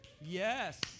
Yes